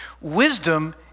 Wisdom